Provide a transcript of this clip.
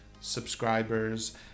subscribers